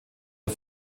der